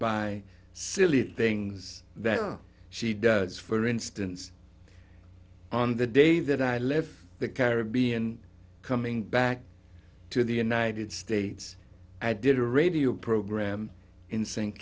by silly things that she does for instance on the day that i left the caribbean coming back to the united states i did a radio program in s